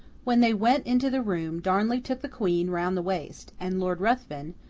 when they went into the room, darnley took the queen round the waist, and lord ruthven,